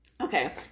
okay